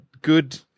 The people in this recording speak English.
good